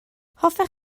hoffech